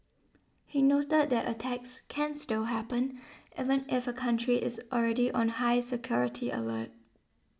he noted that attacks can still happen even if a country is already on high security alert